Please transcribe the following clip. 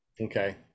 Okay